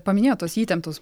paminėjot tuos įtemptus